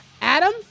Adam